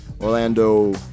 Orlando